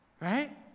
right